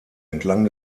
entlang